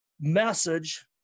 message